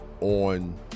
on